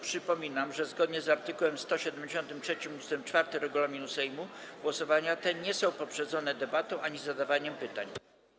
Przypominam, że zgodnie z art. 173 ust. 4 regulaminu Sejmu głosowania te nie są poprzedzone debatą ani zadawaniem pytań.